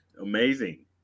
amazing